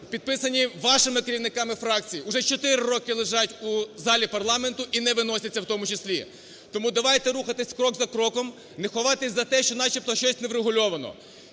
підписані вашими керівниками фракцій, вже чотири роки лежать у залі парламенту і не виносяться в тому числі. Тому давайте рухатися крок за кроком, не ховатися за тим, що начебто щось не врегульовано.